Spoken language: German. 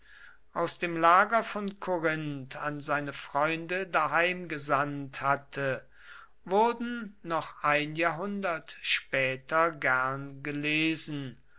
aus dem lager von korinth an seine freunde daheim gesandt hatte wurden noch ein jahrhundert später gern gelesen